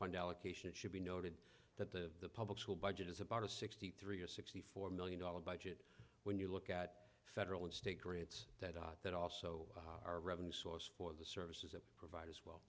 fund allocation it should be noted that the public school budget is about a sixty three or sixty four million dollars budget when you look at federal and state grants that dot that also our revenue source for the services it provides as